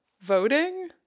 voting